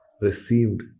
received